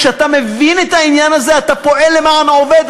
כשאתה מבין את העניין הזה אתה פועל למען העובד,